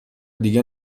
دیگه